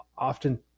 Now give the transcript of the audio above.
Often